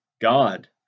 God